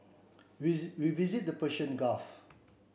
we visited the Persian Gulf